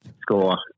score